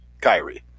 Kyrie